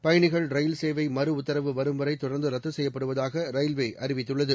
பயணிகள் ரயில் சேவை மறு உத்தரவு வரும்வரை தொடர்ந்து ரத்து செய்யப்படுவதாக ரயில்வே அறிவித்துள்ளது